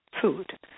food